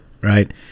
Right